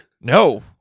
No